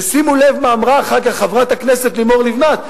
ושימו לב מה אמרה אחר כך חברת הכנסת לימור לבנת,